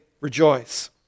rejoice